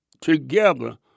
together